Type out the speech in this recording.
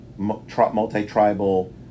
Multi-tribal